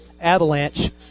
avalanche